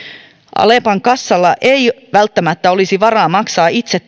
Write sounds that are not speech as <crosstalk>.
alepan kassalla ei välttämättä olisi varaa maksaa itse <unintelligible>